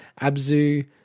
Abzu